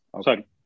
sorry